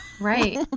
right